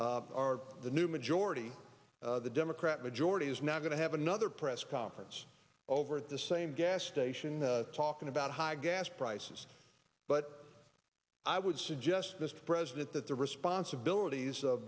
that are the new majority the democrat majority is now going to have another press conference over at the same gas station talking about high gas prices but i would suggest this president that the responsibilities of